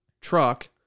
truck